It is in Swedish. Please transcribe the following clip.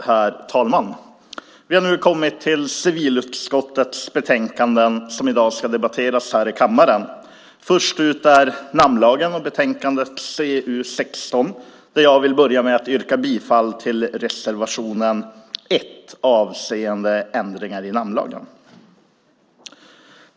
Herr talman! Vi har nu kommit till civilutskottets betänkanden som i dag ska debatteras här i kammaren. Först ut är namnlagen och betänkandet CU12 där jag vill börja med att yrka bifall till reservationen 1 avseende ändringar i namnlagen.